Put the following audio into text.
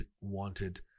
wanted